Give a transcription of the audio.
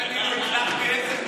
מה שאני לא הצלחתי עשר דקות,